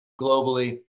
globally